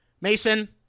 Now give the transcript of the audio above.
Mason